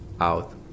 out